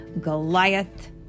Goliath